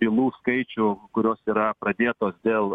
bylų skaičių kurios yra pradėtos dėl